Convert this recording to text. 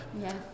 Yes